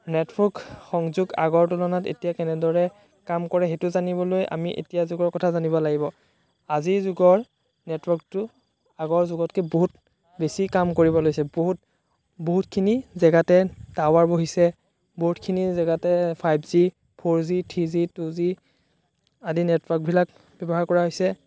network সংযোগ আগৰ তুলনাত এতিয়া কেনেদৰে কাম কৰে সেইটো জানিবলৈ আমি এতিয়াৰ যুগৰ কথা জানিব লাগিব আজিৰ যুগৰ নেটৱৰ্কটো আগৰ যুগতকৈ বহুত বেছি কাম কৰিব লৈছে বহুত বহুতখিনি জেগাতে টাৱাৰ বহিছে বহুতখিনি জেগাতে five G four G three G two G আদি নেটৱৰ্কবিলাক ব্যৱহাৰ কৰা হৈছে